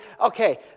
okay